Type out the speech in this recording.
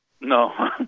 No